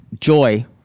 joy